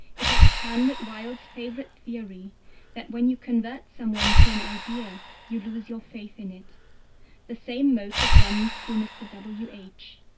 it expanded wilde's favourite theory that when you convert some one to an idea, you lose your faith in it the same motive runs through mr. w. h.